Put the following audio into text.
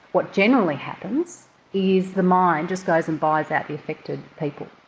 what generally happens is the mine just goes and buys out the affected people.